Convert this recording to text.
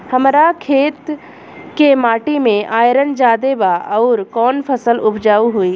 हमरा खेत के माटी मे आयरन जादे बा आउर कौन फसल उपजाऊ होइ?